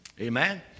Amen